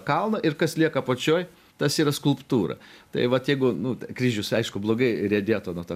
kalno ir kas lieka apačioj tas yra skulptūra tai vat jeigu nu kryžius aišku blogai riedėtų nuo to